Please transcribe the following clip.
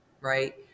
right